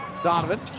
Donovan